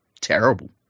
terrible